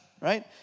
right